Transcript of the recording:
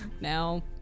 now